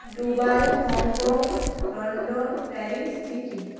Dubai Hong Kong London Paris Sikkim